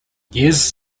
years